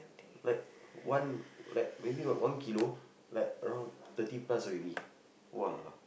like one like maybe what one kilo like around thirty plus already !walao!